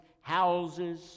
houses